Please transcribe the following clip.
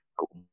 cũng